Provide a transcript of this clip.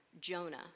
Jonah